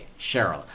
Cheryl